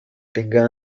tenga